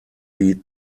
die